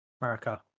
America